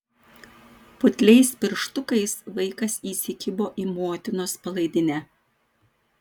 putliais pirštukais vaikas įsikibo į motinos palaidinę